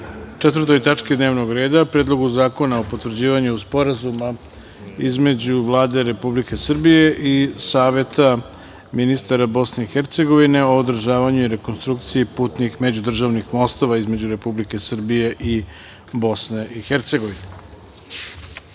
jedinstveni pretres o Predlogu zakona o potvrđivanju Sporazuma između Vlade Republike Srbije i Saveta ministara Bosne i Hercegovine o održavanju i rekonstrukciji putnih međudržavnih mostova između Republike Srbije i Bosne i Hercegovine. Pošto